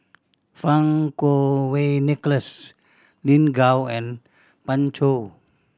Fang Kuo Wei Nicholas Lin Gao and Pan Chou